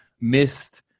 Missed